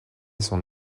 son